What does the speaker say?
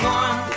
one